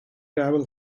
gravel